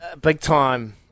big-time